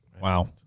Wow